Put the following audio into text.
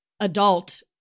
adult